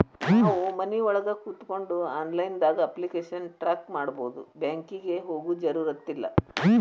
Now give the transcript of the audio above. ನಾವು ಮನಿಒಳಗ ಕೋತ್ಕೊಂಡು ಆನ್ಲೈದಾಗ ಅಪ್ಲಿಕೆಶನ್ ಟ್ರಾಕ್ ಮಾಡ್ಬೊದು ಬ್ಯಾಂಕಿಗೆ ಹೋಗೊ ಜರುರತಿಲ್ಲಾ